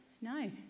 no